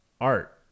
art